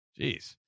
Jeez